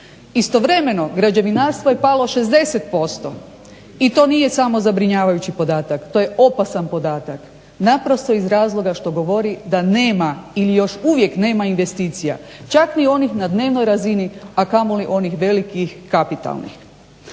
Istovremeno građevinarstvo je palo 60% i to nije samo zabrinjavajući podatak, to je opasan podatak, naprosto iz razloga što govori da nema ili još uvijek nema investicija čak ni onih na dnevnoj razini, a kamoli onih velikih kapitalnih.